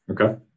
Okay